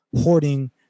hoarding